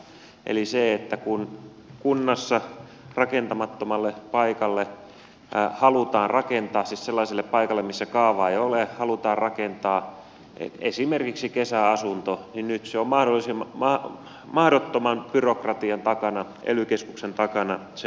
eli kun kunnassa rakentamattomalle paikalle siis sellaiselle paikalle missä kaavaa ei ole halutaan rakentaa esimerkiksi kesäasunto niin nyt se on mahdottoman byrokratian takana ely keskuksen takana se poikkeusluvan saanti